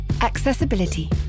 Accessibility